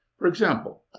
for example,